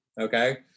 Okay